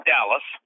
Dallas